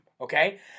Okay